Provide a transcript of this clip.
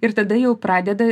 ir tada jau pradeda